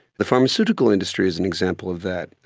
the pharmaceutical industry is an example of that.